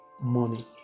money